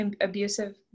abusive